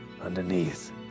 underneath